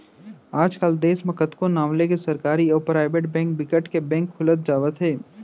आज कल देस म कतको नांव लेके सरकारी अउ पराइबेट बेंक बिकट के बेंक खुलत जावत हे